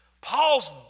Paul's